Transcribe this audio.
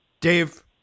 Dave